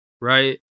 right